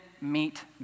meet